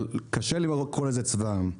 אבל קשה לקרוא לזה צבא העם.